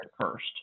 first